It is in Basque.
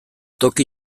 toki